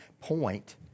point